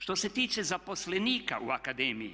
Što se tiče zaposlenika u akademiji.